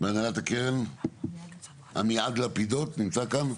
מהנהלת הקרן, עמיעד לפידות, נמצא כאן?